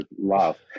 love